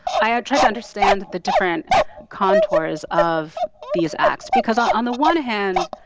i ah tried to understand the different contours of these acts. because on on the one hand,